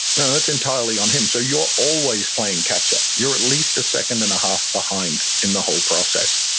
that's entirely on him. so you're always playing catch-up. you're at least a second and a half behind in the whole process.